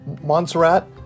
Montserrat